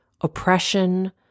oppression